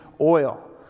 oil